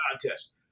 contest